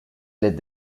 les